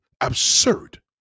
absurd